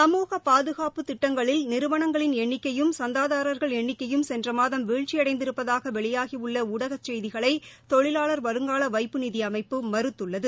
சமூக பாதுகாப்பு திட்டங்களில் நிறுவனங்களின் எண்ணிக்கையும் சந்தாதாரர்கள் எண்ணிக்கையும் சென்ற மாதம் வீழ்ச்சியடைந்திருப்பதாக வெளியாகியுள்ள ஊடகத் செய்திகளை தொழிலாளர் வருங்கால வைப்பு நிதி அமைப்பு மறுத்துள்ளது